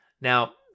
Now